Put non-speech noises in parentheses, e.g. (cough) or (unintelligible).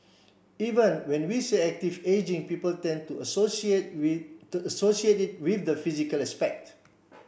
even when we say active ageing people tend to associate (unintelligible) associate it with the physical aspect